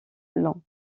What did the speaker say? long